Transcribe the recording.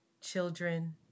children